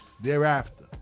thereafter